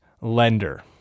lender